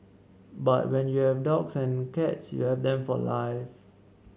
but when you have dogs and cats you have them for life